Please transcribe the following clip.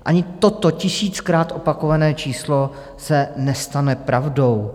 Ani toto tisíckrát opakované číslo se nestane pravdou.